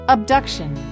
Abduction